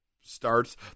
starts